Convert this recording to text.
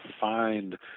find